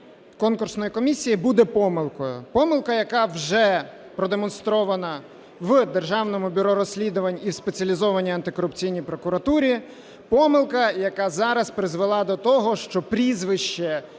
конкурсної комісії буде помилкою. Помилка, яка вже продемонстрована в Державному бюро розслідувань і в Спеціалізованій антикорупційній прокуратурі. Помилка, яка зараз призвела до того, що прізвище